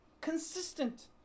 Consistent